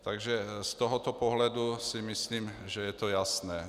Takže z tohoto pohledu si myslím, že je to jasné.